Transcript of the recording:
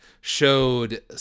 showed